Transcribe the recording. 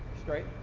straight?